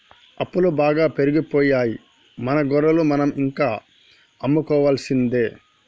అప్పులు బాగా పెరిగిపోయాయి మన గొర్రెలు మనం ఇంకా అమ్ముకోవాల్సిందే